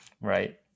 right